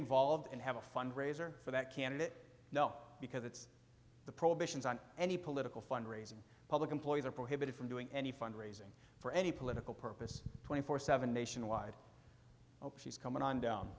involved and have a fundraiser for that candidate now because it's the prohibitions on any political fund raising public employees are prohibited from doing any fund raising for any political purpose two hundred and forty seven nationwide ok she's coming on down